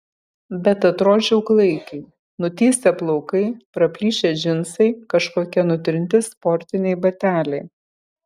bet atrodžiau klaikiai nutįsę plaukai praplyšę džinsai kažkokie nutrinti sportiniai bateliai